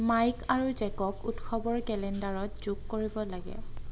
Mike আৰু জেকক উৎসৱৰ কেলেণ্ডাৰত যোগ কৰিব লাগে